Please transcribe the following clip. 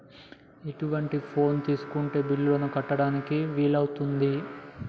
ఎటువంటి ఫోన్ తీసుకుంటే బిల్లులను కట్టడానికి వీలవుతది?